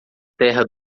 terra